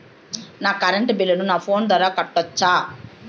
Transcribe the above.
నా కరెంటు బిల్లును నా ఫోను ద్వారా కట్టొచ్చా?